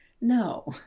No